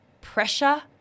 pressure